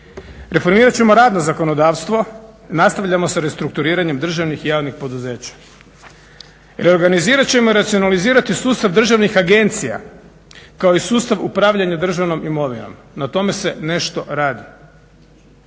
Reformirat ćemo radno zakonodavstvo, nastavljamo s restrukturiranjem državnih i javnih poduzeća. Reorganizirat ćemo i racionalizirati sustav državnih agencija, kao i sustav upravljanja državnom imovinom. Na tome se nešto radi.